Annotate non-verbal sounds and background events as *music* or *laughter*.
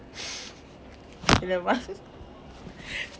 *laughs* eh lemang *laughs*